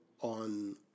on